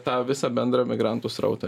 tą visą bendrą emigrantų srautą